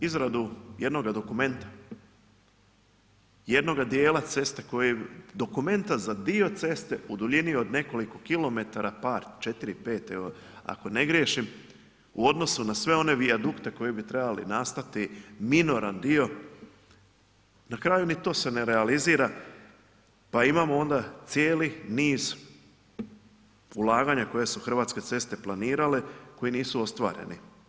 Izradu jednoga dokumenta, jednoga dijela ceste koji, dokumenta za dio ceste u duljini od nekoliko kilometara, par, 4, 5 evo, ako ne griješim, u odnosu na sve one vijadukte koji bi trebali nastati, minoran dio, na kraju, ni to se ne realizira pa imamo onda cijeli niz ulaganja koje su Hrvatske ceste planirale, koji nisu ostvareni.